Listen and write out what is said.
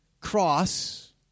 cross